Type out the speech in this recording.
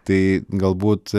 tai galbūt